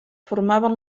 formaven